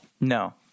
No